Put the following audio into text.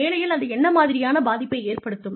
வேலையில் அது என்ன மாதிரியான பாதிப்பை ஏற்படுத்தும்